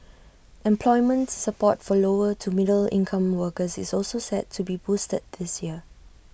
employment support for lower to middle income workers is also set to be boosted this year